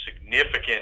significant